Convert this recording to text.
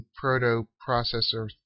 proto-processor